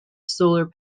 solar